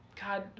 God